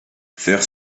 faire